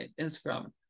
Instagram